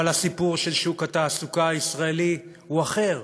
אבל הסיפור של שוק התעסוקה הישראלי הוא אחר,